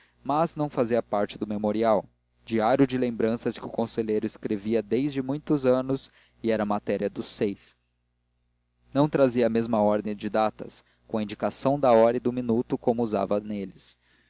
mas não fazia parte do memorial diário de lembranças que o conselheiro escrevia desde muitos anos e era a matéria dos seis não trazia a mesma ordem de datas com indicação da hora e do minuto como usava neles